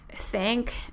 thank